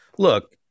Look